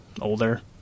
older